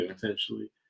potentially